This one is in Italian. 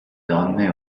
donne